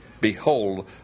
Behold